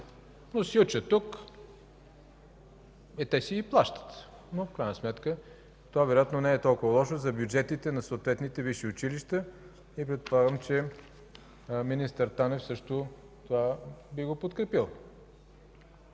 но учат тук. Те си и плащат, но в крайна сметка вероятно не е толкова лошо за бюджетите на съответните висши училища. Предполагам, че министър Танев също би подкрепил